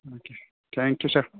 okay thank you okay